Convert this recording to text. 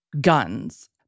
guns